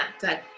good